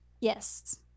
yes